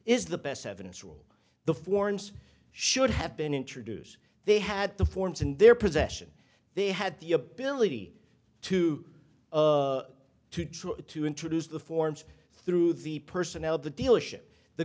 is the best evidence rule the forums should have been introduced they had the forms in their possession they had the ability to of to try to introduce the forms through the personnel of the dealership the